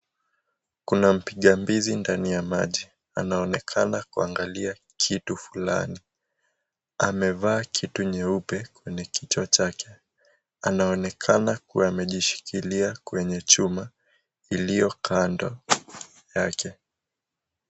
Kuna mpiga mbizi ndani ya maji anaonekana kwangalia kitu fulani. Ameva kitu nyeupe kwenye kichwa chake anaonekana kua amejishilia kwenye chuma ilio kando yake.